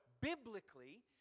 biblically